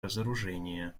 разоружения